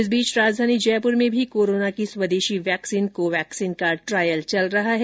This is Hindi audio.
इस बीच राजधानी जयपुर में भी कोरोना की स्वदेशी वैक्सीन को वैक्सीन का ट्रायल चल रहा है